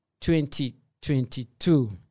2022